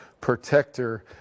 protector